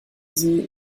sie